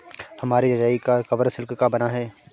हमारी रजाई का कवर सिल्क का बना है